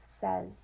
says